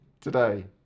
today